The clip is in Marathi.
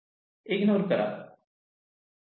इग्नोर करा